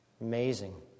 Amazing